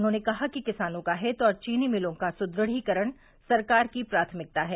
उन्होंने कहा कि किसानों का हित और चीनी मिलों का सुदृढीकरण सरकार की प्राथमिकता है